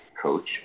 Coach